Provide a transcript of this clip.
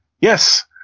yes